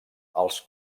els